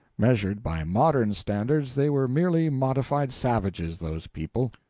measured by modern standards, they were merely modified savages, those people.